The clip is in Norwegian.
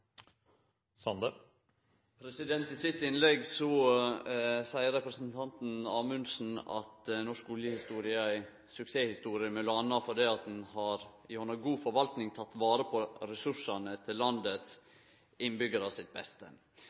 seier i sitt innlegg at norsk oljehistorie er ei suksesshistorie m.a. fordi ein gjennom god forvaltning har teke vare på ressursane til det beste